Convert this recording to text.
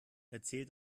erzähl